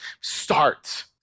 start